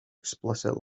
explicit